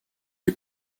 est